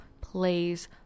Plays